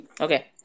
okay